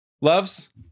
loves